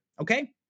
Okay